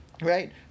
Right